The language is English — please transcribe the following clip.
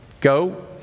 go